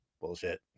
Bullshit